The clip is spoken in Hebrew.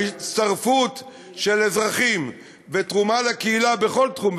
ההצטרפות של אזרחים בתרומה לקהילה בכל תחום,